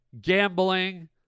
gambling